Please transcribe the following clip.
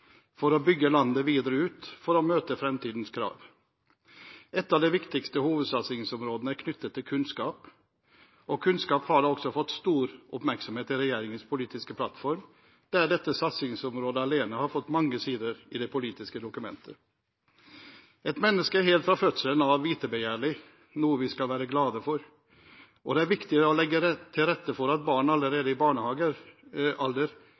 for å bygge landet videre ut for å møte fremtidens krav. Et av de viktigste hovedsatsingsområdene er knyttet til kunnskap. Kunnskap har også fått stor oppmerksomhet i regjeringens politiske plattform, der dette satsingsområdet alene har fått mange sider i det politiske dokumentet. Et menneske er helt fra fødselen av vitebegjærlig, noe vi skal være glade for. Det er viktig å legge til rette for at